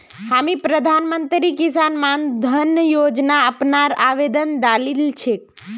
हामी प्रधानमंत्री किसान मान धन योजना अपनार आवेदन डालील छेक